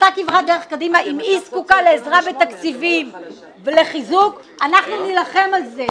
אם היא זקוקה לעזרה בתקציבים ולחיזוק אנחנו נילחם על זה,